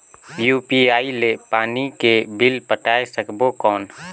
UPI ले पानी के बिल पटाय सकबो कौन?